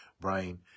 Brian